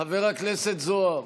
חבר הכנסת זוהר,